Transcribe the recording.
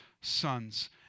sons